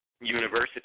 University